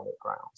grounds